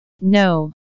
no